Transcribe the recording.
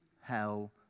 hell